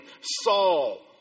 Saul